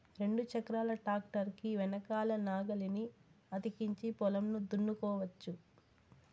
రెండు చక్రాల ట్రాక్టర్ కి వెనకల నాగలిని అతికించి పొలంను దున్నుకోవచ్చు